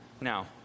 Now